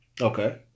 Okay